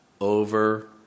over